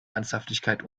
ernsthaftigkeit